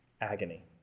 Agony